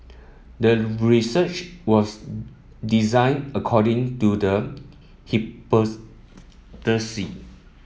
the research was designed according to the